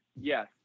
Yes